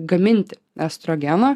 gaminti estrogeno